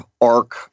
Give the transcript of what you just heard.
arc